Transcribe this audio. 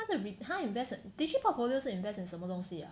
他的他 invest 的 digi portfolio 是 invest in 什么东西 ah